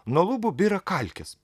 nuo lubų byra kalkės